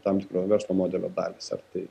tam tikro verslo modelio dalys ar tai